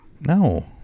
No